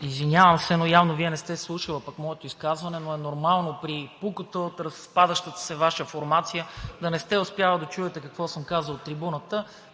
извинявам се, но явно Вие не сте слушала моето изказване. Нормално е при пукота от разпадащата се Ваша формация да не сте успяла да чуете какво съм казал от трибуната,